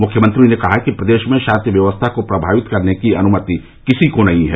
मुख्यमंत्री ने कहा कि प्रदेश में शांति व्यवस्था को प्रभावित करने की अनुमति किसी को नहीं है